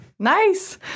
Nice